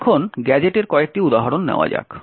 এখন গ্যাজেটের কয়েকটি উদাহরণ নেওয়া যাক